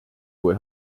kui